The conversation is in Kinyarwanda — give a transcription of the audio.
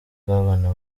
bw’abana